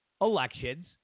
elections